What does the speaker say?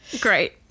Great